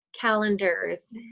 Calendars